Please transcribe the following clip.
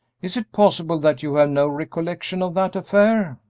is it possible that you have no recollection of that affair?